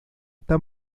está